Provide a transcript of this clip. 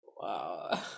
Wow